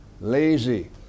lazy